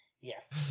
Yes